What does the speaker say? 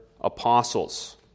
apostles